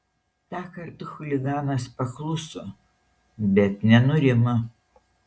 tąkart chuliganas pakluso bet nenurimo